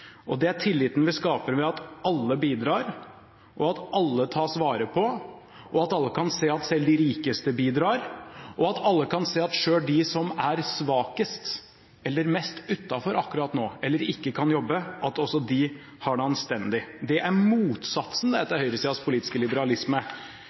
og det er tilliten vi skaper ved at alle bidrar, at alle tas vare på, at alle kan se at selv de rikeste bidrar, og at alle kan se at selv de som er svakest, eller er mest utenfor akkurat nå eller ikke kan jobbe, at også de har det anstendig. Det er motsatsen